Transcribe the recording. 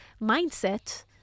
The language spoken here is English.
mindset